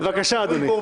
בבקשה אדוני.